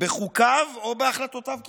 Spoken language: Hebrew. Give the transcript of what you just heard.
בחוקיו או בהחלטותיו ככלל,